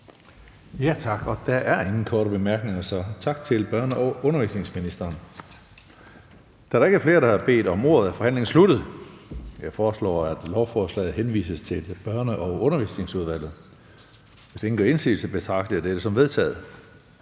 Tak. Der er ingen korte bemærkninger, så tak til børne- og undervisningsministeren. Da der ikke er flere, der har bedt om ordet, er forhandlingen sluttet. Jeg foreslår, at lovforslaget henvises til Børne- og Undervisningsudvalget. Hvis ingen gør indsigelse, betragter jeg dette som vedtaget.